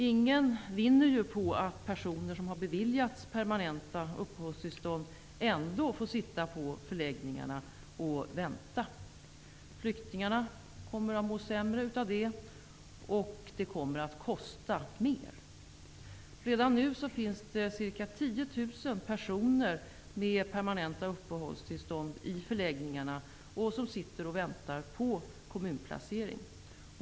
Ingen vinner på att personer som har beviljats permanenta uppehållstillstånd ändå får sitta på förläggningarna och vänta. Flyktingarna mår sämre av det, och det kostar mer. Det finns redan nu ca 10 000 personer i förläggningarna med permanenta uppehållstillstånd som väntar på kommunplacering.